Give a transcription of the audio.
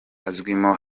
azwimo